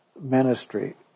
ministry